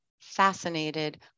fascinated